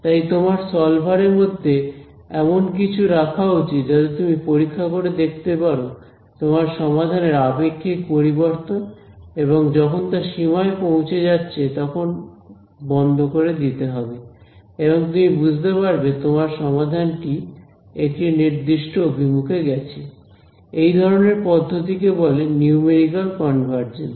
তাই তোমার সলভার এর মধ্যে এমন কিছু রাখা উচিত যাতে তুমি পরীক্ষা করে দেখতে পারো তোমার সমাধানের আপেক্ষিক পরিবর্তন এবং যখন তা সীমায় পৌঁছে যাচ্ছে তখন বন্ধ করে দিতে হবে এবং তুমি বুঝতে পারবে তোমার সমাধানটি একটি নির্দিষ্ট অভিমুখে গেছে এই ধরনের পদ্ধতি কে বলে নিউমেরিক্যাল কনভারজেন্স